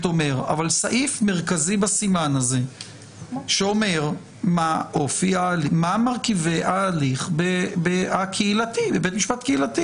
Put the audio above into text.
אומר מרכזי בסימן הזה שאומר מה מרכיבי ההליך בבית משפט קהילתי?